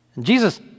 Jesus